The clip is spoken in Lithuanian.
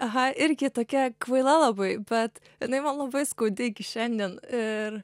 aha irgi tokia kvaila labai bet jinai man labai skaudi iki šiandien ir